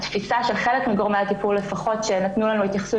התפיסה של חלק מגורמי הטיפול לפחות אלה שנתנו לנו התייחסות